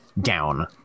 down